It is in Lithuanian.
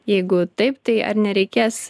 jeigu taip tai ar nereikės